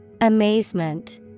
Amazement